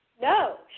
No